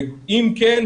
אם כן,